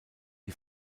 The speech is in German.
die